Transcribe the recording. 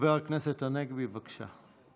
חבר הכנסת הנגבי, בבקשה.